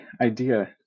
idea